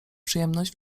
przyjemność